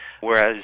Whereas